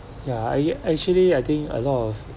ya I actually I think a lot of